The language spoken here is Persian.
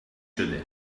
شدم